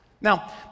Now